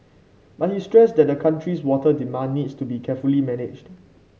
but he stressed that the country's water demand needs to be carefully managed